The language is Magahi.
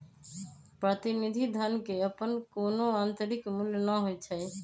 प्रतिनिधि धन के अप्पन कोनो आंतरिक मूल्य न होई छई